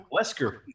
Wesker